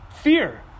fear